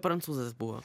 prancūzas buvo